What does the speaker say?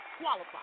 qualify